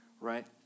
right